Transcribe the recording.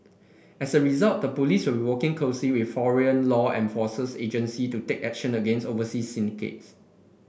as a result the police will working closely with foreign law enforces agency to take action against overseas syndicates